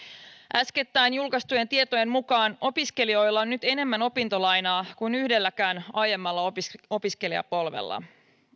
äskettäin julkaistujen tietojen mukaan opiskelijoilla on nyt enemmän opintolainaa kuin yhdelläkään aiemmalla opiskelijapolvella